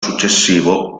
successivo